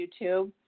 YouTube